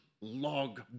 log